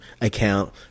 account